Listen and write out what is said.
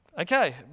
Okay